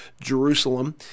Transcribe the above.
Jerusalem